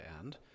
end